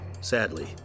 Sadly